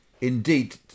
indeed